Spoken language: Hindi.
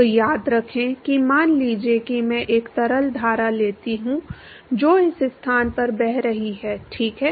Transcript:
तो याद रखें कि मान लीजिए कि मैं एक तरल धारा लेता हूं जो इस स्थान पर बह रही है ठीक है